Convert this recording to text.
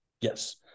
Yes